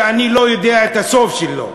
שאני לא יודע את הסוף שלו.